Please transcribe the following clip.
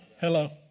Hello